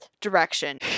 direction